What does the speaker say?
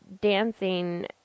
dancing